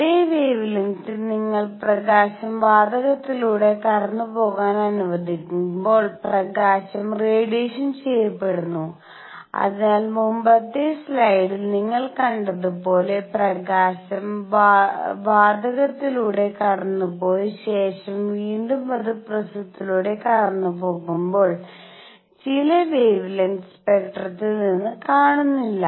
ഒരേ വെവെലെങ്ത്തിൽ നിങ്ങൾ പ്രകാശം വാതകത്തിലൂടെ കടന്നുപോകാൻ അനുവദിക്കുമ്പോൾ പ്രകാശം റേഡിയേഷൻ ചെയ്യപ്പെടുന്നു അതിനാൽ മുമ്പത്തെ സ്ലൈഡിൽ നിങ്ങൾ കണ്ടത് പോലെ പ്രകാശം വാതകത്തിലൂടെ കടന്നുപോയി ശേഷം വീണ്ടു അത് പ്രിസത്തിലൂടെ കടന്നുപോകുബോൾ ചില വെവെലെങ്ത് സ്പെക്ട്രത്തിൽ നിന്ന് കാണുന്നില്ല